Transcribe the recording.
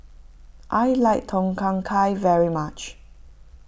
I like Tom Kha Gai very much